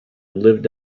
lived